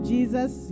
Jesus